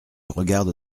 regarde